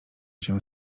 się